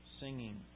singing